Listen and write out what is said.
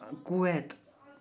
Kuwait